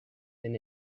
been